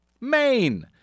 Maine